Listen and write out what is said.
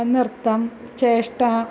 नर्तंनं चेष्टा